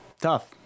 tough